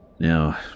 Now